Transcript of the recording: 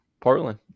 Portland